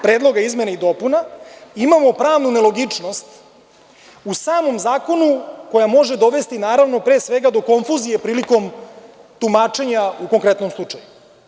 Predloga izmena i dopuna imamo pravnu nelogičnost u samom zakonu koja može dovesti pre svega do konfuzije prilikom tumačenja u konkretnom slučaju.